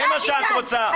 זה מה שאת רוצה.